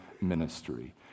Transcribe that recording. Ministry